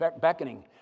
beckoning